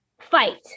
fight